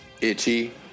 Itchy